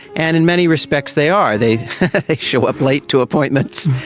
and in many respects they are, they show up late to appointments,